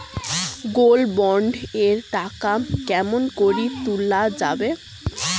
Gold bond এর টাকা কেমন করি তুলা যাবে?